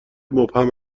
مبهم